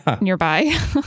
nearby